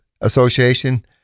Association